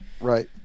Right